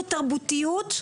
בתרבותיות.